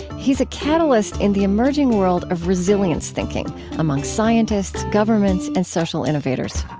he's a catalyst in the emerging world of resilience thinking among scientists, governments, and social innovators